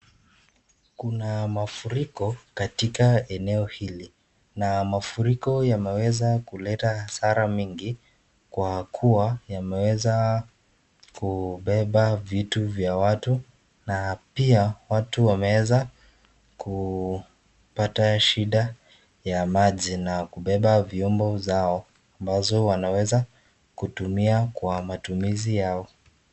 Kuna mafuriko katika eneo hili na mafuriko yameweza kuleta hasara mingi kwa kuwa yameweza kubeba vitu vya watu na pia watu wameweza kupata shida ya maji na kubeba vyombo zao ambazo wanaweza kutumia kwa matumizi yao.